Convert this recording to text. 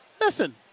Listen